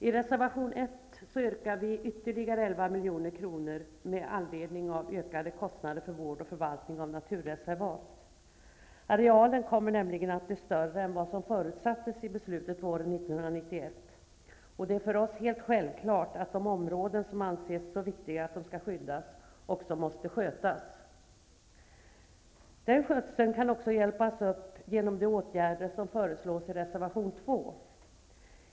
I reservation 1 yrkar vi ytterligare 11 milj.kr. med anledning av ökade kostnader för vård och förvaltning av naturreservat. Arealen kommer nämligen att bli större än vad som förutsattes vid beslutet våren 1991. Det är för oss helt självklart att de områden som anses så viktiga att de skall skyddas också måste skötas. Den skötseln kan också ökas genom de åtgärder som föreslås i reservation 2.